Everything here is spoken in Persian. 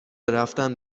رفتن